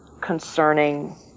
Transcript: concerning